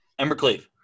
Embercleave